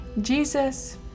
Jesus